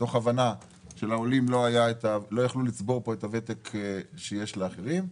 מתוך הבנה שהעולים לא יכלו לצבור פה את הוותק שיש לאחרים.